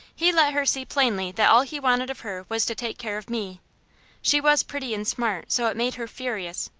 he let her see plainly that all he wanted of her was to take care of me she was pretty and smart, so it made her furious.